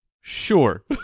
sure